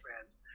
fans